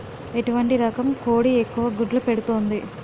ఎటువంటి రకం కోడి ఎక్కువ గుడ్లు పెడుతోంది?